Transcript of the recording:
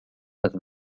dass